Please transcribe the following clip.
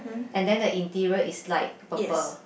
and then the interior is light purple